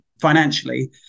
financially